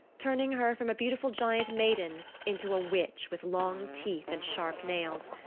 turning her from a beautiful giant maiden into a witch with long teeth and sharp nails.